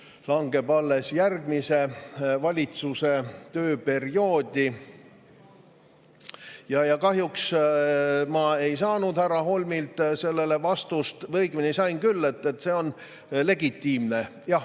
langeb alles järgmise valitsuse tööperioodi. Kahjuks ma ei saanud härra Holmilt sellele vastust. Või õigemini, sain küll: see on legitiimne. Jah,